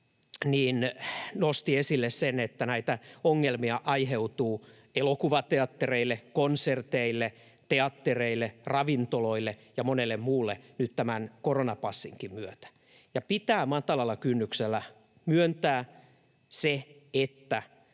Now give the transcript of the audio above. nosti esille sen, että näitä ongelmia aiheutuu elokuvateattereille, konserteille, teattereille, ravintoloille ja monelle muulle nyt tämän koronapassinkin myötä, ja pitää matalalla kynnyksellä myöntää se, että